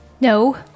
No